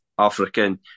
African